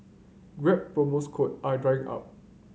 grab promos code are drying up